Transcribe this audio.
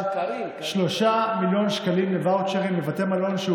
3 מיליון שקלים לוואוצ'רים לבתי מלון,